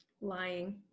lying